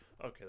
Okay